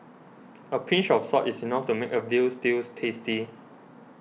a pinch of salt is enough to make a Veal Stew tasty